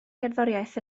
gerddoriaeth